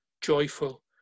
joyful